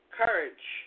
courage